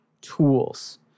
tools